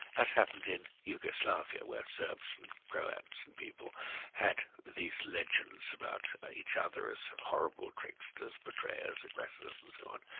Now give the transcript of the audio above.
as happened in yugoslavia where serbs and croats and people had these legends about each other as horrible tricksters, betrayers, aggressors and so on.